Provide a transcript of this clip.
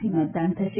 થી મતદાન થશે